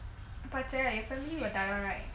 but 姐 your family will die [one] right